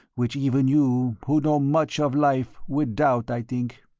which even you, who know much of life, would doubt, i think.